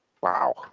Wow